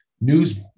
news